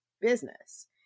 business